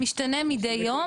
משתנה מדי יום,